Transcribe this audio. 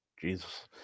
Jesus